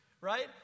right